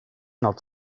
not